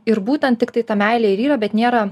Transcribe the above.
ir būtent tiktai ta meilė ir yra bet nėra